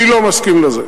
אני לא מסכים לזה.